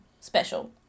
special